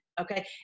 okay